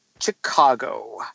Chicago